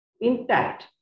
intact